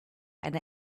eine